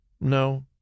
No